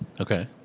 Okay